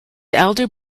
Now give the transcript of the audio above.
elder